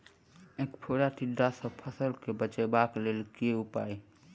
ऐंख फोड़ा टिड्डा सँ फसल केँ बचेबाक लेल केँ उपाय?